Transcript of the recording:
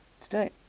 Today